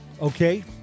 okay